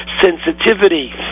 sensitivity